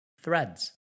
threads